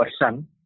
person